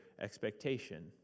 expectation